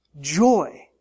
joy